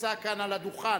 הנמצא כאן על הדוכן,